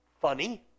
funny